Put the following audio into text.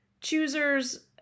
choosers